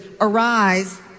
arise